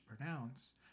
pronounce